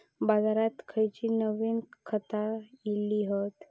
बाजारात खयली नवीन खता इली हत?